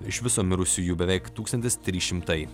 iš viso mirusiųjų beveik tūkstantis trys šimtai